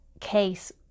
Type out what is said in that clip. case